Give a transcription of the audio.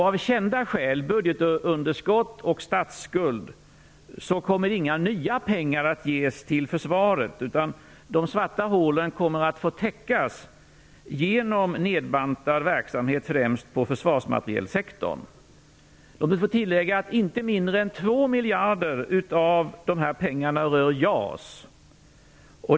Av kända skäl - budgetunderskott och statsskuld - kommer inga nya pengar att ges till Försvaret, utan de svarta hålen kommer att få täckas genom nedbantad verksamhet på främst försvarsmaterielsektorn. Låt mig få tillägga att inte mindre än 2 miljarder av pengarna rör JAS.